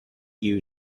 you